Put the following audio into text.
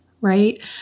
right